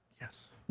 Yes